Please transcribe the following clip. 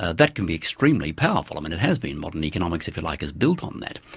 ah that can be extremely powerful. i mean it has been. modern economics, if you like, has built on that.